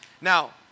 Now